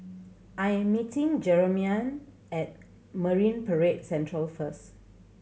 I am meeting Jermaine at Marine Parade Central first